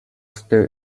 still